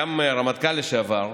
וגם רמטכ"ל לשעבר.